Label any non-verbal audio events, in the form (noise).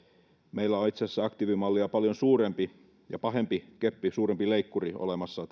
meillä on itse asiassa aktiivimallia paljon suurempi ja pahempi keppi suurempi leikkuri olemassa (unintelligible)